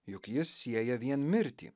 juk jis sieja vien mirtį